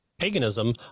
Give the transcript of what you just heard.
paganism